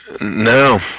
no